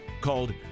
called